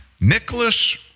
Nicholas